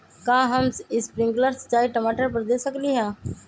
का हम स्प्रिंकल सिंचाई टमाटर पर दे सकली ह?